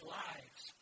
lives